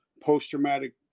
post-traumatic